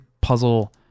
puzzle